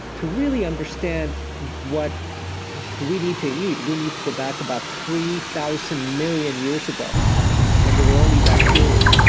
to really understand what we need to eat, we need to go back about three thousand million years ago when there were only bacteria.